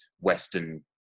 Western